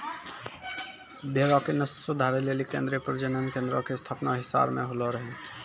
भेड़ो के नस्ल सुधारै लेली केन्द्रीय प्रजनन केन्द्रो के स्थापना हिसार मे होलो रहै